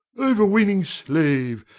over-weening slave,